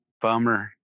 Bummer